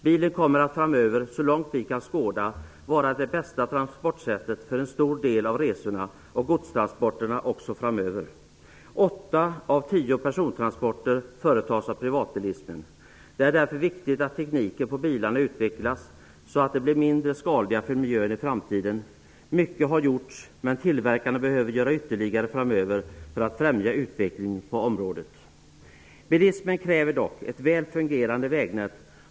Bilen kommer så långt vi kan skåda framöver att vara det bästa transportmedlet för en stor del av resorna samt också för godstransporterna framöver. Åtta av tio persontransporter företas av privatbilister. Det är därför viktigt biltekniken utvecklas, så att bilarna blir mindre skadliga för miljön i framtiden. Mycket har gjorts, men tillverkarna behöver framöver göra ytterligare för att främja utvecklingen på området. Bilismen kräver dock ett väl fungerande vägnät.